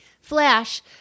Flash